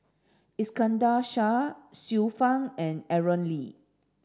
Iskandar Shah Xiu Fang and Aaron Lee